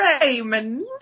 Raymond